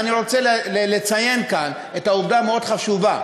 ואני רוצה לציין כאן את העובדה המאוד-חשובה: